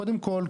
קודם כול,